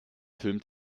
film